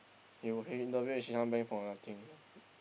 you will hate interview she come back for nothing ya